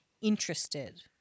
interested